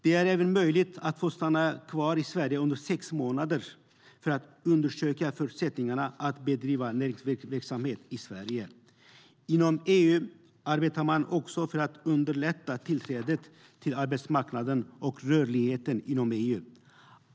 Det är även möjligt att få stanna kvar i Sverige under sex månader för att undersöka förutsättningarna att bedriva näringsverksamhet i Sverige. Inom EU arbetar man också för att underlätta tillträdet till arbetsmarknaden och rörligheten inom EU.